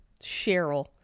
Cheryl